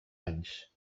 anys